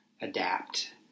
adapt